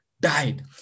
died